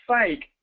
fake